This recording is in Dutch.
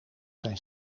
zijn